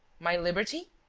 my liberty?